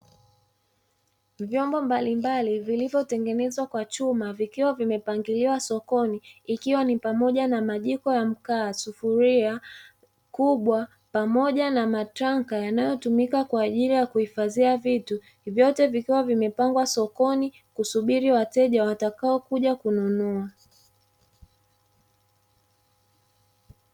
Vyombo mbalimbali vilivyotengenezwa kwa chuma, vikiwa vimepangiliwa sokoni, ikiwa ni pamoja na majiko ya mkaa, sufuria kubwa, pamoja na matranka yanayotumika kwa ajili ya kuhifadhia vitu, vyote vikiwa vimepangwa sokoni, kusubiri wateja watakaokuja kununua.